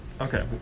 Okay